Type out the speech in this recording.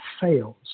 fails